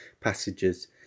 passages